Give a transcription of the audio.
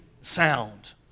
sound